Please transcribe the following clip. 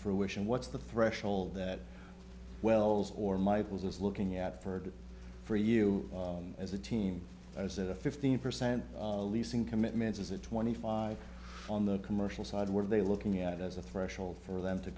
fruition what's the threshold that wells or michaels is looking at for it for you as a team i was in a fifteen percent leasing commitments is it twenty five on the commercial side were they looking at it as a threshold for them to